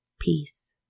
Peace